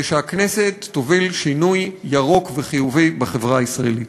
שהכנסת תוביל שינוי ירוק וחיובי בחברה הישראלית.